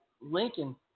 Lincoln